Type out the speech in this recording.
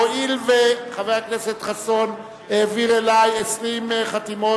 הואיל וחבר הכנסת חסון העביר אלי 20 חתימות